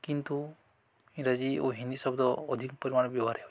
କିନ୍ତୁ ଇଂରାଜୀ ଓ ହିନ୍ଦୀ ଶବ୍ଦ ଅଧିକ ପରିମାଣରେ ବ୍ୟବହାର ହେଉଛି